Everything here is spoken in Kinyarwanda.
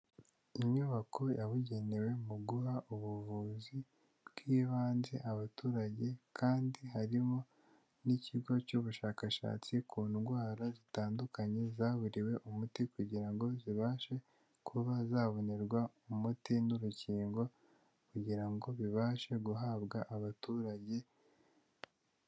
Inyubako yabugenewe mu guha ubuvuzi bw'ibanze abaturage kandi harimo n'ikigo cy'ubushakashatsi ku ndwara zitandukanye zaburiwe umuti kugira ngo zibashe kuba zabonerwa umuti n'urukingo kugira ngo bibashe guhabwa abaturage.